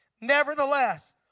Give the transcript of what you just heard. Nevertheless